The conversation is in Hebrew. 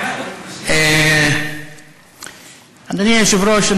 אדוני היושב-ראש,